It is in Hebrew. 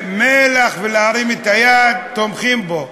ומלח, ולהרים את היד, תומכים בו.